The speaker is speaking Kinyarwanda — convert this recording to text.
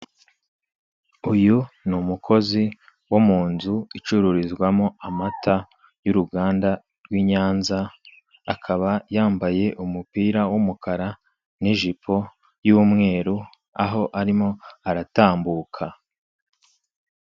Uyu ni umukozi wo mu nzu icururizwamo amata y'uruganda rw'i Nyanza. Akaba yambaye umupira w'umukara n'ijipo y'umweru, aho arimo aratambuka.